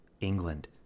England